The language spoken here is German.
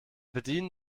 bedienen